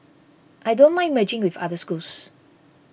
I don't mind merging with other schools